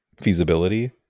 feasibility